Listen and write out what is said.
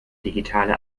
digitale